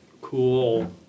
cool